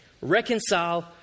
reconcile